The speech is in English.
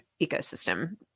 ecosystem